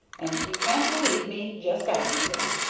and if you can't believe me just ax him.